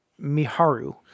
Miharu